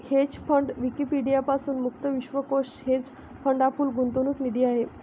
hedge fund Wikipedia पासून मुक्त विश्वकोश हेज फंड हा पूल गुंतवणूक निधी आहे